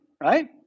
right